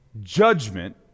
judgment